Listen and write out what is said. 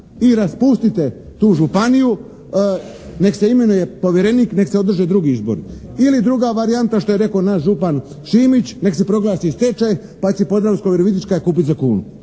i raspustite tu županiju, neka se imenuje povjerenik, neka se održe drugi izbori. Ili druga varijanta, što je rekao naš župan Šimić neka se proglasi stečaj pa će Podravsko-virovitička kupiti za kunu.